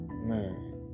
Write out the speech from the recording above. Man